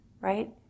right